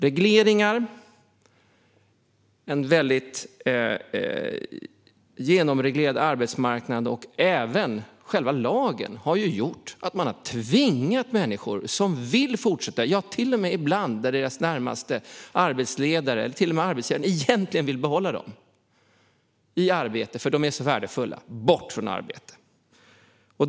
Regleringar, en genomreglerad arbetsmarknad och även själva lagen har gjort att man har tvingat människor som vill fortsätta jobba att sluta. Det har till och med ibland varit så när deras arbetsledare och arbetsgivare egentligen vill behålla dem i arbete för att de är så värdefulla. Vi har tvingat bort dem från arbetet.